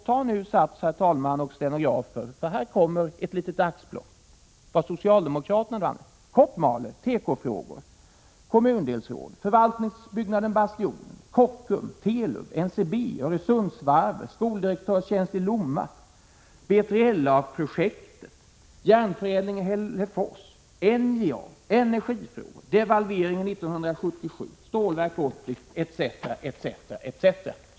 Ta nu sats herr talman och stenografer för här kommer ett litet axplock: Kotmale, tekofrågor, kommundelningar, förvaltningsbyggnaden Bastionen, Kockums, Telub, NCB, Öresundsvarvet, skoldirektörstjänst i Lomma, B3LA-projektet, järnförädling i Hällefors, NJA, energifrågor, delvalveringen 1977, Stålverk 80 etc.